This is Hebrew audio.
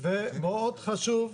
ומאוד חשוב,